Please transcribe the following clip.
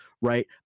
Right